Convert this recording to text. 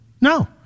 No